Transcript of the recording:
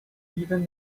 even